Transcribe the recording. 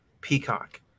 Peacock